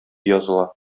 языла